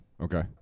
Okay